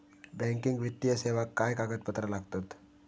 Banking वित्तीय सेवाक काय कागदपत्र लागतत?